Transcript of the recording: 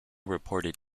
reported